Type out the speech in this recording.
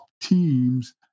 Teams